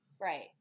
Right